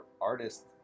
artists